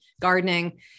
gardening